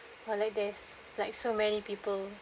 or like this like so many people